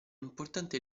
importante